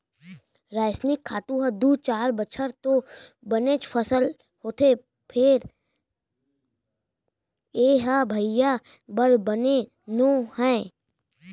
रसइनिक खातू म दू चार बछर तो बनेच फसल होथे फेर ए ह भुइयाँ बर बने नो हय